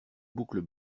boucles